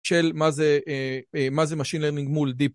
של מה זה Machine Learning מול Deep Learning.